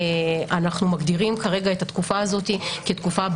אנו מגדירים כרגע את התקופה הזאת כבין